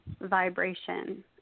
vibration